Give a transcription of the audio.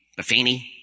Buffini